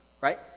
right